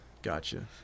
Gotcha